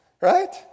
right